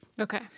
Okay